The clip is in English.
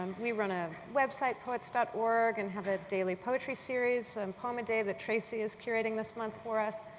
um we run a website poets. org and have a daily poetry series series and um a day that tracy is curating this month for us.